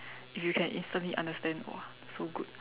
if you can instantly understand !wah! so good